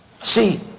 see